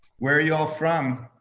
where are you all from?